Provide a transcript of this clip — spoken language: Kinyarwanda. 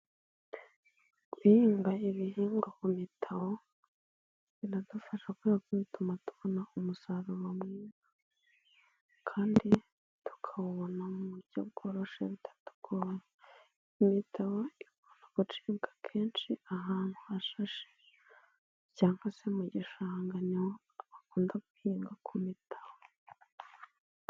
Guhinga ibihingwa ku mitabo, biradufasha kubera ko bituma tubona umusaruro mwiza kandi tukawubona mu buryo bworoshye bitatugoye, imitabo igomba gucibwa akenshi ahantu hashashe cyangwa se mu gishanga, ni ho bakunda guhinga ku mitaho.